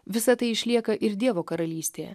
visa tai išlieka ir dievo karalystėje